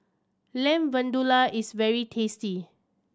Lamb Vindaloo is very tasty